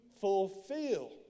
fulfill